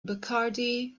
bacardi